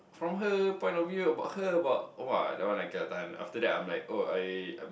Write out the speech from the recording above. from her point of view about her about !wah! that one I cannot tahan after that I am like oh I'm